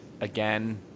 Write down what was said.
again